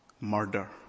murder